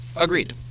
Agreed